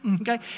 Okay